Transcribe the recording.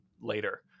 later